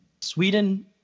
Sweden